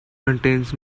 contains